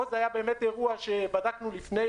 או זה היה באמת אירוע שבדקנו לפני,